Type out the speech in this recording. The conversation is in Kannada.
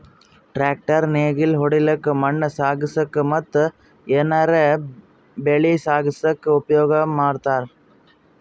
ಟ್ರ್ಯಾಕ್ಟರ್ ನೇಗಿಲ್ ಹೊಡ್ಲಿಕ್ಕ್ ಮಣ್ಣ್ ಸಾಗಸಕ್ಕ ಮತ್ತ್ ಏನರೆ ಬೆಳಿ ಸಾಗಸಕ್ಕ್ ಉಪಯೋಗ್ ಮಾಡ್ತಾರ್